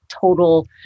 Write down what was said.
total